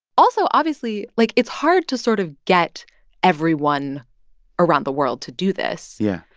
also, obviously, like, it's hard to sort of get everyone around the world to do this. yeah